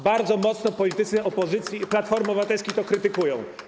Bardzo mocno politycy opozycji i Platformy Obywatelskiej to krytykują.